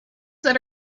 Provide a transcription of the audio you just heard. that